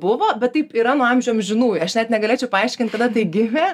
buvo bet taip yra nuo amžių amžinųjų aš net negalėčiau paaiškint kada tai gimė